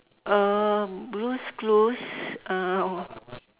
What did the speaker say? uh blue's clues uh